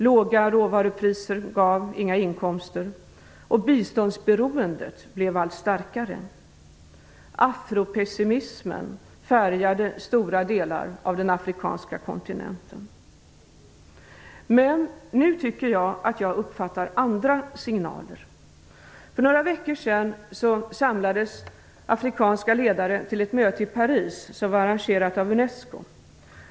Låga råvarupriser gav inga inkomster, och biståndsberoendet blev allt starkare. Afropessimismen färgade stora delar av den afrikanska kontinenten. Men nu tycker jag att jag uppfattar andra signaler. För några veckor sedan samlades afrikanska ledare till ett möte i Paris. Det var arrangerat av Unesco.